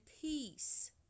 peace